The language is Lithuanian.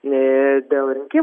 dėl rinkimų komisijų